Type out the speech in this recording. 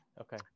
Okay